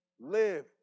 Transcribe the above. Live